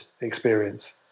experience